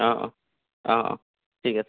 অঁ অঁ অঁ অঁ ঠিক আছে